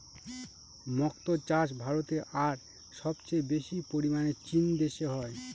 মক্তো চাষ ভারতে আর সবচেয়ে বেশি পরিমানে চীন দেশে হয়